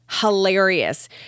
hilarious